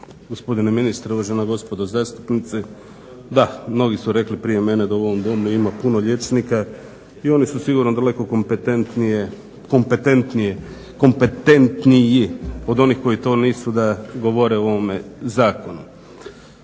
gospodine ministre, uvažena gospodo zastupnici. Da, mnogi su rekli prije mene da u ovom Domu ima puno liječnika i oni su sigurno daleko kompetentniji od onih koji to nisu da govore o ovome zakonu.